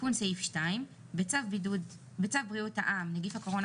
תיקון סעיף 21. בצו בריאות העם נגיף הקורונה